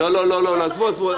לא, עליזה, עזבו.